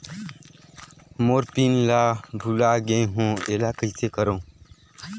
मोर pin ला भुला गे हो एला कइसे करो?